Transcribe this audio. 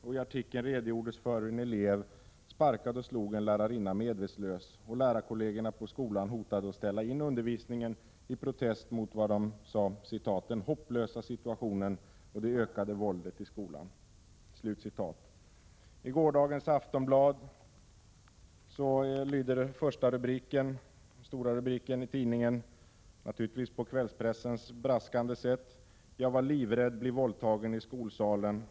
I artikeln redogjordes för hur en elev sparkade och slog en lärarinna medvetslös, och det redovisades att lärarkollegerna i skolan hotade att ställa in undervisningen i protest mot vad de betecknade som ”den hopplösa situationen och det ökade våldet i skolan”. I gårdagens nummer av Aftonbladet lyder den stora rubriken på första sidan — den är naturligtvis uppslagen på det braskande sätt som är vanligt i kvällspressen: ”Jag var livrädd bli våldtagen i skolsalen”.